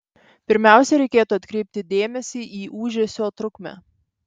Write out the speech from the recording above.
pirmiausia reikėtų atkreipti dėmesį į ūžesio trukmę